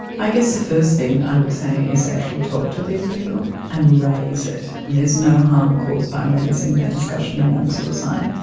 i guess the first thing i would say is actually talk to these people and raise it, there's no harm caused by raising a discussion around suicide,